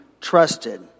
trusted